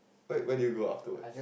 wait where do you go afterwards